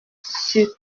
sur